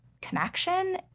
connection